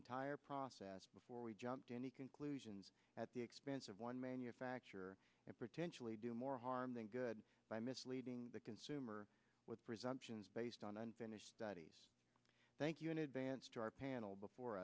entire process before we jump to any conclusions at the expense of one manufacturer and potentially do more harm than good by misleading the consumer with presumptions based on unfinished studies thank you in advance to our panel before